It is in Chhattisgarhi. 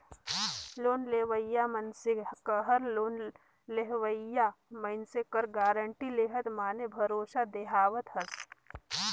लोन लेवइया मइनसे कहर लोन लेहोइया मइनसे कर गारंटी लेहत माने भरोसा देहावत हस